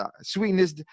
Sweetness